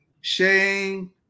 Shame